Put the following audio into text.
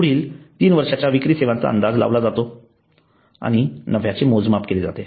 पुढील 3 वर्षांच्या विक्री सेवांचा अंदाज लावला जातो आणि नफ्याचे मोजमाप केले जाते